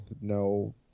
no